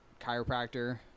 chiropractor